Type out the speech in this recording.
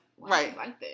right